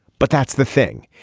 but that's the thing.